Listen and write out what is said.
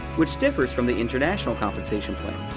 which differs from the international compensation plan.